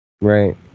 Right